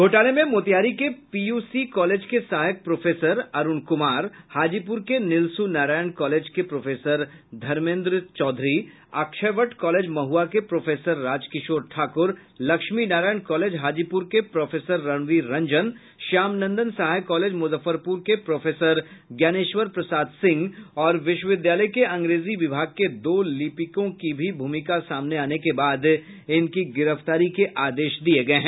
घोटाले में मोतिहारी के पीयूसी कॉलेज के सहायक प्रोफेसर अरूण कुमार हाजीपुर के निलसु नारायण कॉलेज के प्रोफेसर धर्मेन्द्र चौधरी अक्षयवट कॉलेज महुआ के प्रोफेसर राजकिशोर ठाकुर लक्ष्मी नारायण कॉलेज हाजीपुर के प्रोफेसर रणवीर रंजन श्याम नंदन सहाय कॉलेज मुजफ्फरपुर के प्रोफेसर ज्ञानेश्वर प्रसाद सिंह और विश्वविद्यालय के अंग्रेजी विभाग के दो लिपिकों की भी भूमिका सामने आने के बाद इनकी गिरफ्तारी के आदेश दिये गये हैं